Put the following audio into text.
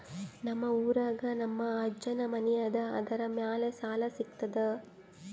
ನಮ್ ಊರಾಗ ನಮ್ ಅಜ್ಜನ್ ಮನಿ ಅದ, ಅದರ ಮ್ಯಾಲ ಸಾಲಾ ಸಿಗ್ತದ?